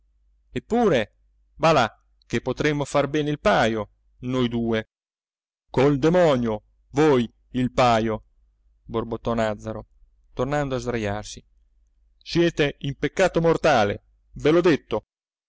va là che potremmo far bene il paio noi due col demonio voi il paio borbottò nàzzaro tornando a sdrajarsi siete in peccato mortale ve l'ho detto